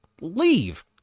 leave